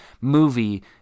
movie